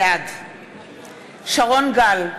בעד שרון גל,